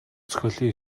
зохиолын